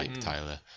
Tyler